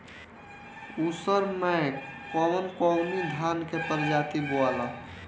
उसर मै कवन कवनि धान के प्रजाति बोआला?